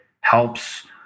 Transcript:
helps